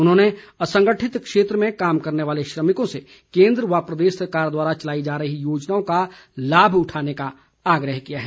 उन्होंने असंगठित क्षेत्र में कार्य करने वाले श्रमिकों से केन्द्र व प्रदेश सरकार द्वारा चलाई जा रही योजनाओं का लाभ उठाने का आग्रह किया है